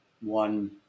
one